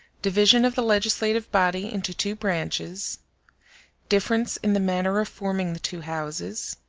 division of the legislative body into two branches difference in the manner of forming the two houses